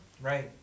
Right